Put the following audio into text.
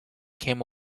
came